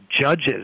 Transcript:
judges